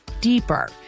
deeper